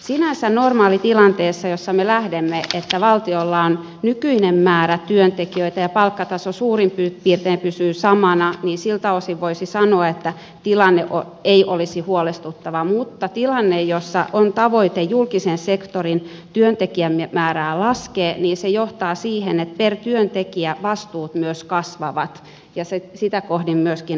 sinänsä normaalitilanteessa jossa me lähdemme siitä että valtiolla on nykyinen määrä työntekijöitä ja palkkataso suurin piirtein pysyy samana siltä osin voisi sanoa että tilanne ei olisi huolestuttava mutta tilanne jossa on tavoite julkisen sektorin työntekijämäärää laskea johtaa siihen että per työntekijä vastuut myös kasvavat ja siltä kohdin myöskin kustannukset